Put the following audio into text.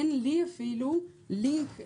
אין לי אפילו לינק.